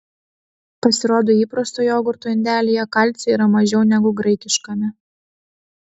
pasirodo įprasto jogurto indelyje kalcio yra mažiau negu graikiškame